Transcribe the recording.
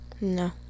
No